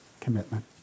commitment